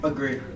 Agree